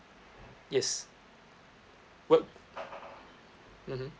yes would mmhmm